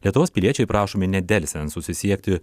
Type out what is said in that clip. lietuvos piliečiai prašomi nedelsiant susisiekti